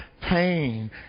pain